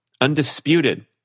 undisputed